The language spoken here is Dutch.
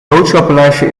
boodschappenlijstje